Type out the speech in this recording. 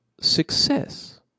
success